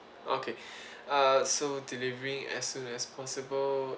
okay uh so delivering as soon as possible